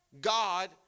God